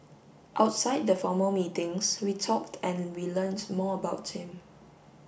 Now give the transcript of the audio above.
outside the formal meetings we talked and we learnt more about him